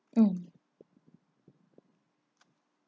um